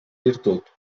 virtut